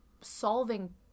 solving